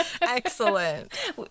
Excellent